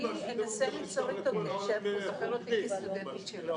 אני אנסה ליצור איתו קשר כי הוא זוכר אותי כסטודנטית שלו.